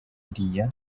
iriya